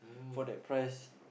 for that price